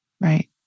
Right